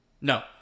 No